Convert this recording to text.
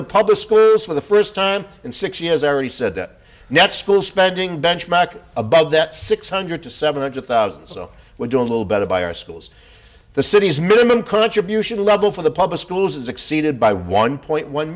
the public school for the first time in six he has already said that night school spending bench back above that six hundred to seven hundred thousand so we're doing a little better by our schools the city's minimum contribution level for the public schools is exceeded by one point one